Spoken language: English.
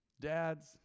Dads